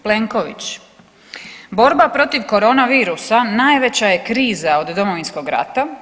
Plenković: „Borba protiv korona virusa najveća je kriza od Domovinskog rata.